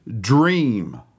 dream